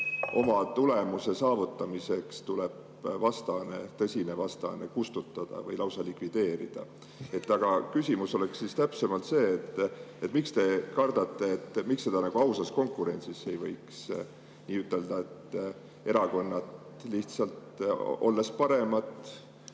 oma tulemuse saavutamiseks tuleb vastane, tõsine vastane kustutada või lausa likvideerida? Küsimus on täpsemalt see: miks te kardate? Miks seda nagu ausas konkurentsis ei võiks [teha], et erakonnad, olles paremad,